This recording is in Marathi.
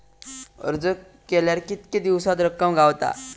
अर्ज केल्यार कीतके दिवसात रक्कम गावता?